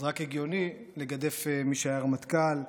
אז רק הגיוני לגדף מי שהיה רמטכ"ל,